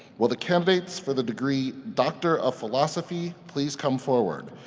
will the candidates for the degree, doctor of philosophy please come forward.